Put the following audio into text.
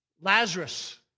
Lazarus